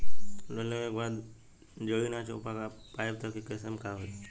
Loan लेवे के बाद जड़ी ना चुका पाएं तब के केसमे का होई?